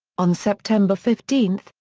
on september fifteen,